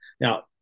Now